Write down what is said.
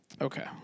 Okay